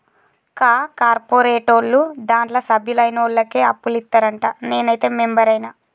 కా కార్పోరేటోళ్లు దాంట్ల సభ్యులైనోళ్లకే అప్పులిత్తరంట, నేనైతే మెంబరైన